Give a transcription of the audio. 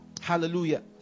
Hallelujah